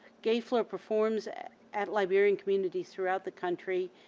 gayflor performs at at liberian communities throughout the country,